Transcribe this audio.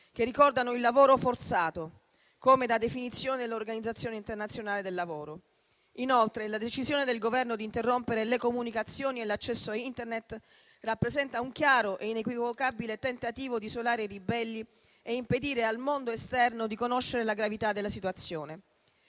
che ricordano il lavoro forzato, come da definizione dell'Organizzazione internazionale del lavoro. Inoltre, la decisione del Governo di interrompere le comunicazioni e l'accesso a Internet rappresenta un chiaro e inequivocabile tentativo di isolare i ribelli e impedire al mondo esterno di conoscere la gravità della situazione.